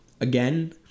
again